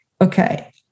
okay